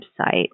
website